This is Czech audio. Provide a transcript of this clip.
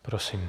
Prosím.